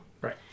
Right